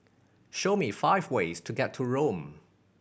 show me five ways to get to Rome